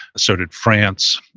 so did france.